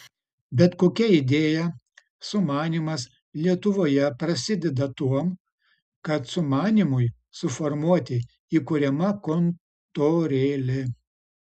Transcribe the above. bet kokia idėja sumanymas lietuvoje prasideda tuom kad sumanymui suformuoti įkuriama kontorėlė